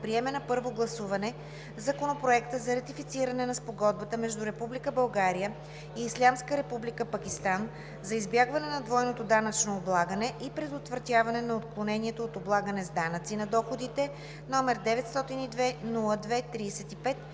приеме на първо гласуване Законопроект за ратифициране на Спогодбата между Република България и Ислямска република Пакистан за избягване на двойното данъчно облагане и предотвратяване на отклонението от облагане с данъци на доходите, № 902-02-35,